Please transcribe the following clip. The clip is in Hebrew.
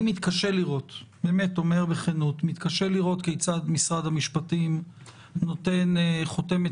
אני מתקשה לראות אני באמת אומר בכנות כיצד משרד המשפטים נותן חותמת